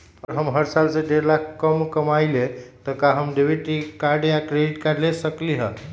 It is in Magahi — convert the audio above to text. अगर हम हर साल डेढ़ लाख से कम कमावईले त का हम डेबिट कार्ड या क्रेडिट कार्ड ले सकली ह?